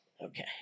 Okay